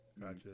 Gotcha